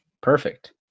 Perfect